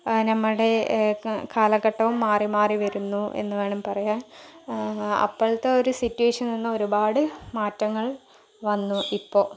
നമ്മുടെ കാലഘട്ടവും മാറി മാറി വരുന്നു എന്ന് വേണം പറയാൻ അപ്പോഴത്തെ ഒരു സിറ്റുവേഷനിൽ നിന്ന് ഒരുപാട് മാറ്റങ്ങൾ വന്നു ഇപ്പോൾ